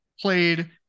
played